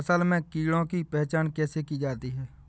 फसल में कीड़ों की पहचान कैसे की जाती है?